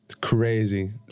crazy